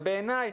ובעיניי,